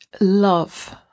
love